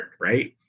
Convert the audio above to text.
right